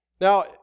Now